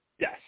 Yes